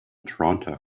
toronto